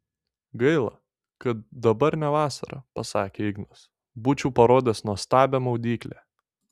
gaila kad dabar ne vasara pasakė ignas būčiau parodęs nuostabią maudyklę